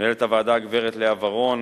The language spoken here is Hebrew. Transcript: מנהלת הוועדה גברת לאה ורון,